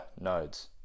nodes